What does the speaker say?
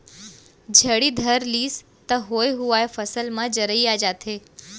झड़ी धर लिस त होए हुवाय फसल म जरई आ जाथे